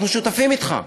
אנחנו שותפים אתך,